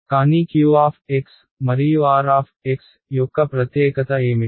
కానీ q మరియు r యొక్క ప్రత్యేకత ఏమిటి